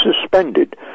suspended